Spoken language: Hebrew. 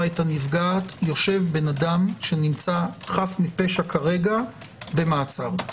את הנפגעת יושב אדם חף מפשע כרגע במעצר.